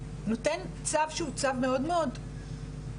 נותן צו שהוא צו מאוד קשה,